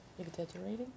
exaggerating